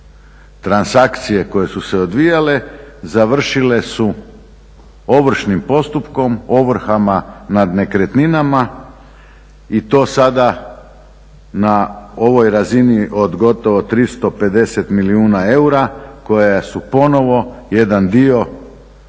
transakcije koje su se odvijale završile su ovršnim postupkom, ovrhama nad nekretninama i to sada na ovoj razini od gotovo 350 milijuna eura koja su ponovo jedan dio